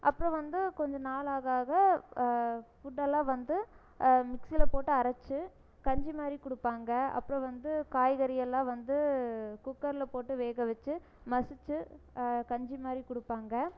அப்புறோம் வந்து கொஞ்ச நாள் ஆக ஆக ஃபுட்டெல்லாம் வந்து மிக்சியில போட்டு அரைச்சி கஞ்சி மாதிரி கொடுப்பாங்க அப்புறோம் வந்து காய்கறி எல்லாம் வந்து குக்கரில் போட்டு வேக வச்சி மசிச்சு கஞ்சி மாதிரி கொடுப்பாங்க